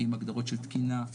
עם הגדרות של תקינה,